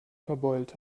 verbeult